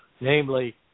Namely